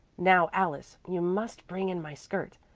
now alice, you must bring in my skirt.